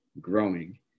growing